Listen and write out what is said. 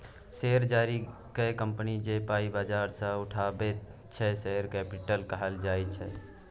share जारी कए company जे पाइ बजार सँ उठाबैत छै शेयर कैपिटल कहल जाइ छै